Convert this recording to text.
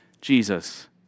Jesus